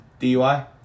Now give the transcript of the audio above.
DUI